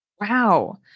Wow